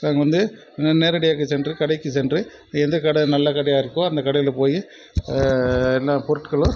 நாங்கள் வந்து நே நேரடியாக சென்று கடைக்கு சென்று எந்த கடை நல்ல கடையாக இருக்கோ அந்த கடையில் போய் எல்லா பொருட்களும்